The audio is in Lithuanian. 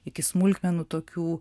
iki smulkmenų tokių